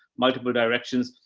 multiple directions.